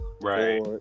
right